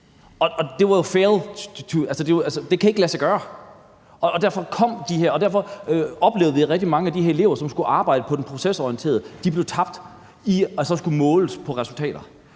undervisning, og det kan ikke lade sig gøre. Derfor oplevede vi, at rigtig mange af de her elever, som skulle arbejde på det procesorienterede, blev tabt i forhold til at